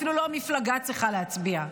אפילו לא המפלגה צריכה להצביע.